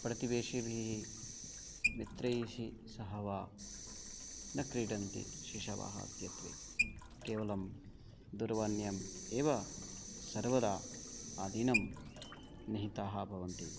प्रतिवेशेभिः मित्रैः शिशवः वा न क्रीडन्ति शिशवः अद्यत्वे केवलं दूरवाण्याम् एव सर्वदा आदिनं निहिताः भवन्ति